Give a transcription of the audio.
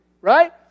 Right